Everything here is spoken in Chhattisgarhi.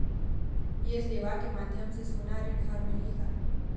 ये सेवा के माध्यम से सोना ऋण हर मिलही का?